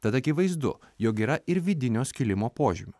tad akivaizdu jog yra ir vidinio skilimo požymių